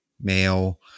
male